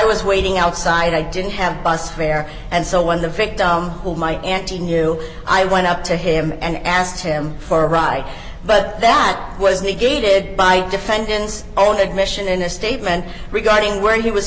was waiting outside i didn't have bus fare and so when the victim who my auntie knew i went up to him and asked him for a ride but that was negated by defendant's own admission in a statement regarding where he was